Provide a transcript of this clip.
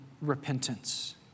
repentance